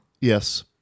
Yes